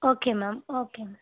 okay ma'am okay ma'am